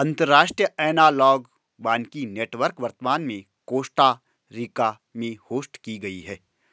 अंतर्राष्ट्रीय एनालॉग वानिकी नेटवर्क वर्तमान में कोस्टा रिका में होस्ट की गयी है